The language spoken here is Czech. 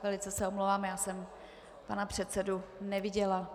Velice se omlouvám, já jsem pana předsedu neviděla.